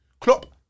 Klopp